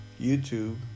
YouTube